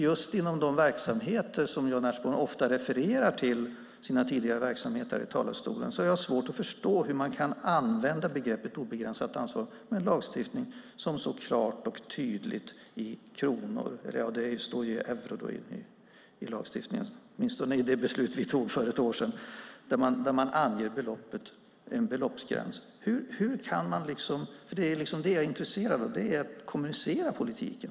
Just inom de verksamheter som Jan Ertsborn ofta refererar till här i talarstolen, sina tidigare verksamheter, har jag svårt att förstå hur man kan använda begreppet obegränsat ansvar med en lagstiftning som så klart och tydligt anger en beloppsgräns. Den står i euro i lagstiftningen, åtminstone i det beslut vi tog för ett år sedan. Det jag är intresserad av är att kommunicera politiken.